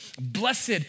Blessed